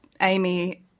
Amy